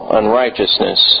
unrighteousness